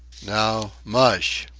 now, mush!